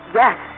yes